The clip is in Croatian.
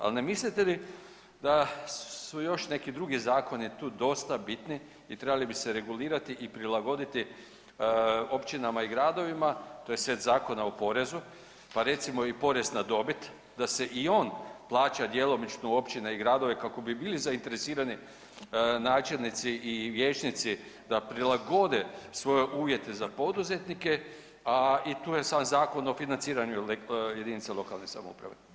Ali ne mislite li da su još neki drugi zakoni tu dosta bitni i trebali bi se regulirati i prilagoditi općinama i gradovima, to je set zakona o porezu pa recimo i porez na dobit da se i on plaća djelomično u općine i gradove kako bi bili zainteresirani načelnici i vijećnici da prilagode svoje uvjete za poduzetnike, a i tu je sada Zakon o financiranju jedinica lokalne samouprave.